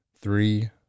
three